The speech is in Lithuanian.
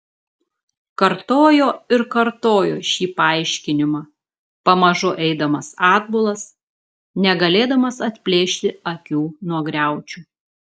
kartojo ir kartojo šį paaiškinimą pamažu eidamas atbulas negalėdamas atplėšti akių nuo griaučių